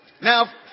Now